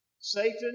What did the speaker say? Satan